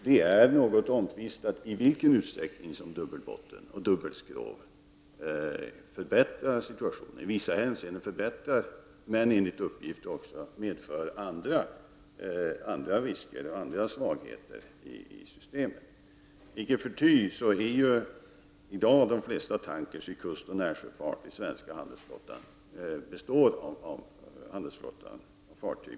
Det är något omtvistat i vilken utsträckning som dubbelbotten och dubbla skrov förbättrar situationen. I vissa avseenden förbättras situationen, men enligt uppgift medför detta andra risker och svagheter i systemet. Icke förty har ju de flesta tankrar i kustoch närsjöfart i den svenska handelsflottan i dag dubbla skrov.